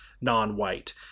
non-white